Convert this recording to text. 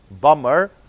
bummer